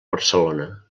barcelona